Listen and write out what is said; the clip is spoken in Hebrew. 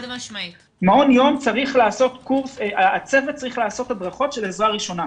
הצוות צריך לעשות הדרכות של עזרה ראשונה,